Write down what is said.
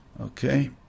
Okay